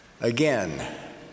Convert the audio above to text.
Again